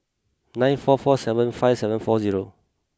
nine four four seven five seven four zero